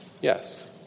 yes